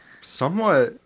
somewhat